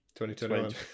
2021